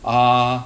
ah